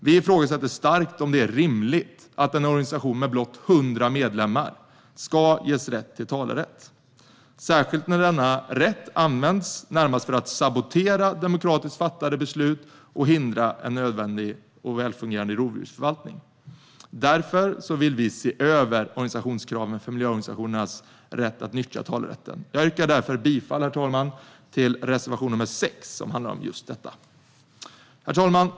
Vi ifrågasätter starkt om det är rimligt att en organisation med blott 100 medlemmar ska ges talerätt, särskilt när denna rätt används för att närmast sabotera demokratiskt fattade beslut och hindra nödvändig och välfungerande rovdjursförvaltning. Därför vill vi se över organisationskraven för miljöorganisationernas rätt att nyttja talerätten. Jag yrkar därför bifall till reservation nr 6, som handlar om just detta. Herr talman!